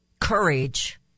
courage